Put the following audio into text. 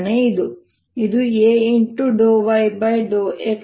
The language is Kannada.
ಮತ್ತು ಇದು A∂y∂xx